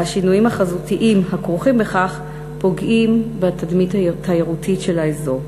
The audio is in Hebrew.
והשינויים החזותיים הכרוכים בכך פוגעים בתדמית התיירותית של האזור.